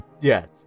Yes